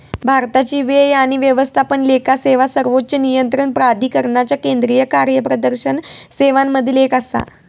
भारताची व्यय आणि व्यवस्थापन लेखा सेवा सर्वोच्च नियंत्रण प्राधिकरणाच्या केंद्रीय कार्यप्रदर्शन सेवांमधली एक आसा